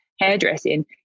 hairdressing